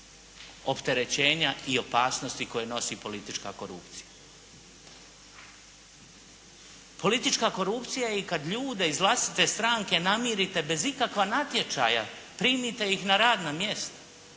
opterećenja i opasnosti koje nosi politička korupcija. Politička korupcija je i kada ljude iz vlastite stranke namirite bez ikakva natječaja, primite ih na radna mjesta.